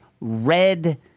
red